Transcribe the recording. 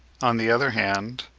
on the other hand,